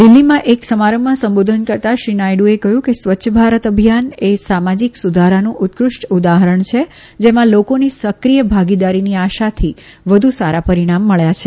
દિલ્હીમાં એક સમારંભમાં સંબોધન કરતાં શ્રી નાયડુએ કહયું કે સ્વચ્છ ભારત અભિયાન એ સામાજિક સુધારાનું ઉત્કૃષ્ટ ઉદાહરણ છે જેમાં લોકોની સક્રિય ભાગીદારીની આશાથી વધુ સારા પરીણામ મળ્યા છે